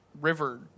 river